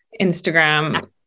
Instagram